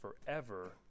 forever